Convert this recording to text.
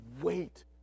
wait